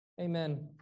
Amen